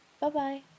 Bye-bye